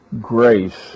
grace